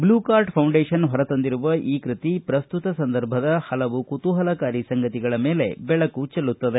blue Cart Foundation ಹೊರತಂದಿರುವ ಈ ಕೃತಿ ಪ್ರಸ್ತುತ ಸಂದರ್ಭದ ಪಲವು ಕುತೂಪಲಕಾರಿ ಸಂಗತಿಗಳ ಮೇಲೆ ಬೆಳಕು ಚೆಲ್ಲುತ್ತದೆ